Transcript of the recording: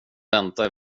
vänta